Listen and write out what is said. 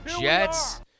Jets